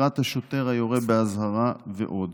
חקירת השוטר היורה באזהרה ועוד.